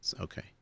Okay